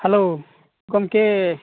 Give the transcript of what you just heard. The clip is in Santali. ᱦᱮᱞᱳ ᱜᱚᱢᱠᱮ